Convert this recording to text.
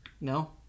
No